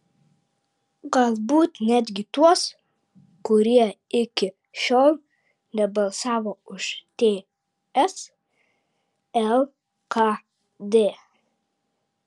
galbūt netgi tuos kurie iki šiol nebalsavo už ts lkd